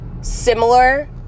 similar